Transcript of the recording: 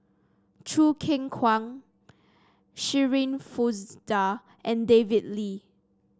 Choo Keng Kwang Shirin Fozdar and David Lee